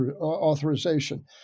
authorization